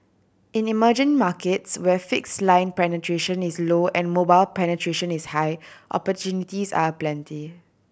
in emerging markets where fix line penetration is low and mobile penetration is high opportunities are aplenty